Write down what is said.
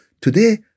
Today